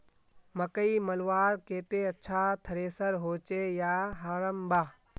मकई मलवार केते अच्छा थरेसर होचे या हरम्बा?